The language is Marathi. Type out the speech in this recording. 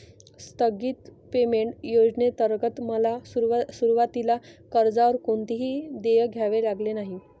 स्थगित पेमेंट योजनेंतर्गत मला सुरुवातीला कर्जावर कोणतेही देय द्यावे लागले नाही